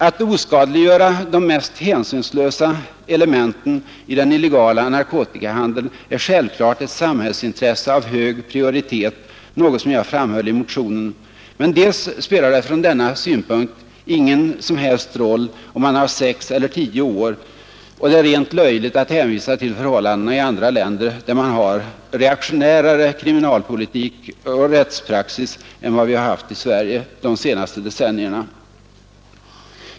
Att oskadliggöra de mest hänsynslösa elementen i den illegala narkotikahandeln är självklart ett samhällintresse av hög prioritet, något som jag framhöll i motionen. Men det spelar från denna synpunkt ingen som helst roll om man har sex eller tio år. Det är också rent löjligt att hänvisa till förhållandena i andra länder, där man har en reaktionärare kriminalpolitik och rättspraxis än vad vi haft i Sverige de senaste decennierna.